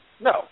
No